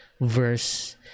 verse